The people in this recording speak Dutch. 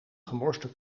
gemorste